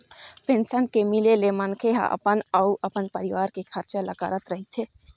pension के मिले ले मनखे ह अपन अउ अपन परिवार के खरचा ल करत रहिथे